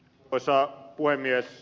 arvoisa puhemies